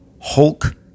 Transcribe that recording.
Hulk